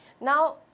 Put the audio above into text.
Now